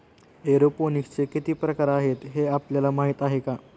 एरोपोनिक्सचे किती प्रकार आहेत, हे आपल्याला माहित आहे का?